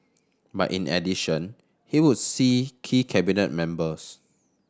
but in addition he would see key Cabinet members